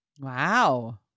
wow